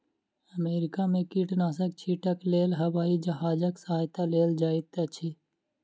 America में कीटनाशक छीटक लेल हवाई जहाजक सहायता लेल जाइत अछि